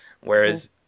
Whereas